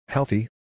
Healthy